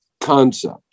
concept